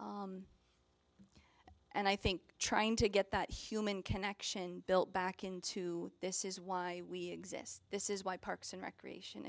and i think trying to get that human connection built back into this is why we exist this is why parks and recreation